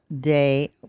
day